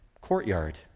courtyard